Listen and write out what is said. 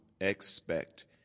expect